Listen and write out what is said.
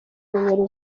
nimero